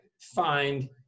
find